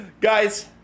Guys